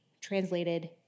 translated